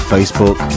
Facebook